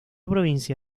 provincia